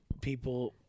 people